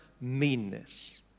meanness